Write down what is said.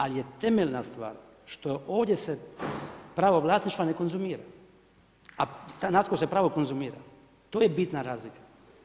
Ali je temeljna stvar što ovdje se pravo vlasništva ne konzumira a stanarsko se pravo konzumira, to je bitna razlika.